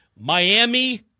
Miami